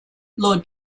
lord